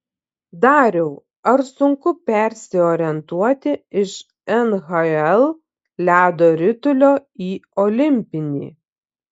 dariau ar sunku persiorientuoti iš nhl ledo ritulio į olimpinį